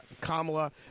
Kamala